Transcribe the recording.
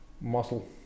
muscle